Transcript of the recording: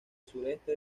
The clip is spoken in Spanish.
sureste